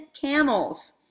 camels